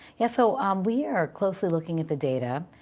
yeah, so um we are closely looking at the data.